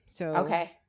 Okay